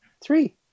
Three